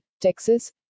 Texas